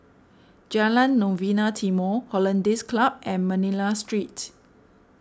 Jalan Novena Timor Hollandse Club and Manila Street